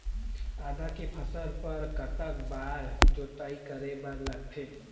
आदा के फसल बर कतक बार जोताई करे बर लगथे?